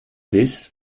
bist